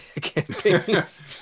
campaigns